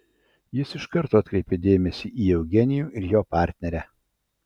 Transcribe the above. jis iš karto atkreipė dėmesį į eugenijų ir jo partnerę